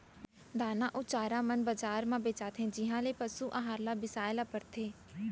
दाना अउ चारा मन बजार म बेचाथें जिहॉं ले पसु अहार ल बिसाए ल परथे